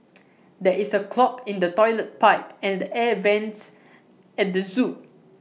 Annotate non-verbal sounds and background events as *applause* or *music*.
*noise* there is A clog in the Toilet Pipe and the air Vents at the Zoo